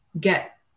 get